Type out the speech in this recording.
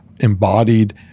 Embodied